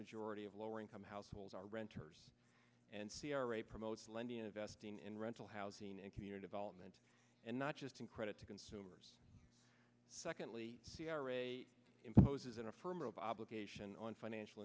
majority of lower income households are renters and c r a promotes lending and investing in rental housing and community development and not just in credit to consumers secondly c r a imposes an affirmative obligation on financial